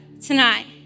tonight